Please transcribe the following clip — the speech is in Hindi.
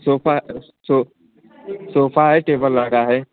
सोफ़ा सोफ़ा है टेबल लगा है